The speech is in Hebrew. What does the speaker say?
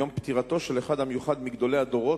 יום פטירתו של אחד המיוחד מגדולי הדורות,